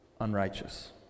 unrighteous